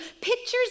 pictures